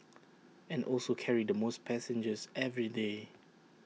and also carry the most passengers every day